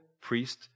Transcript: priest